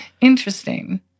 Interesting